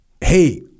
hey